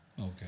okay